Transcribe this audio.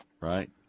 Right